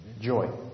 joy